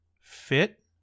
fit